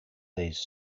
these